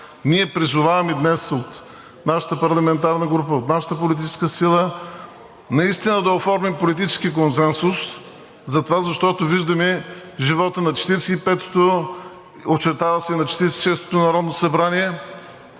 Ние призоваваме днес от нашата парламентарна група, от нашата политическа сила, наистина да оформим политически консенсус, защото виждаме животът на 45-ото, очертава се и на 46-ото народно събрание,